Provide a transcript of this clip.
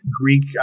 Greek